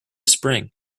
spring